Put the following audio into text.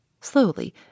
Slowly